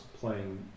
playing